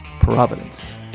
Providence